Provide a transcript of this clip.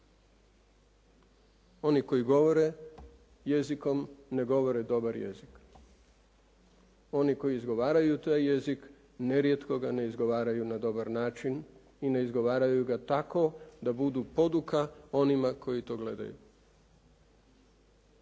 Oni koji govore jezikom ne govore dobar jezik. Oni koji izgovaraju taj jezik, nerijetko ga ne izgovaraju na dobar način i ne izgovaraju ga tako da budu poduka onima koji to gledaju.